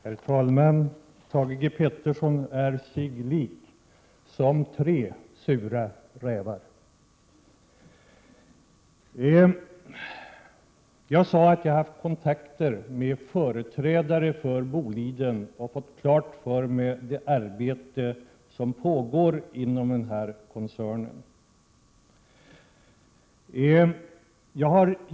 Herr talman! Thage G Peterson är sig lik: som tre sura rävar! Jag sade att jag hade haft kontakter med företrädare för Boliden och fått klart för mig vilket arbete det är som pågår inom koncernen.